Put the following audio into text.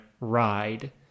ride